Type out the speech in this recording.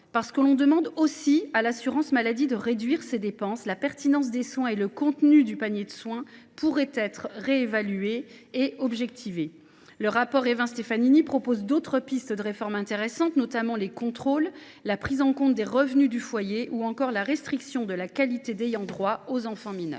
parce que l’on demande aussi à l’assurance maladie de réduire ses dépenses, la pertinence des soins et le contenu du panier de soins pourraient être réévalués de manière objective. Le rapport Évin Stefanini propose d’autres pistes de réforme intéressantes, notamment les contrôles, la prise en compte des revenus du foyer ou encore la restriction de la qualité d’ayant droit aux enfants mineurs.